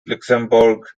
luxembourg